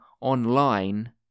online